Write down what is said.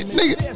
Nigga